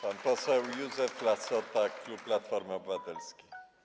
Pan poseł Józef Lassota, klub Platforma Obywatelska.